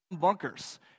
bunkers